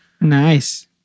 nice